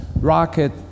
rocket